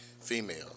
female